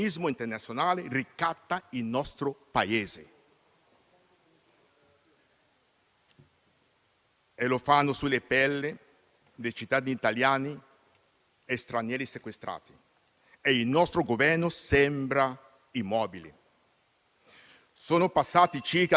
La volontà politica italiana di cercare a tutti i costi una soluzione per la Libia in un contesto multilaterale a cosa ci ha portato? Ci ha portato, per forza di cose, a dover interloquire con tutti,